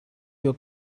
your